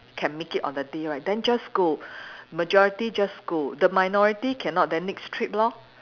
can make it on the day right then just go majority just go the minority cannot then next trip lor